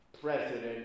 president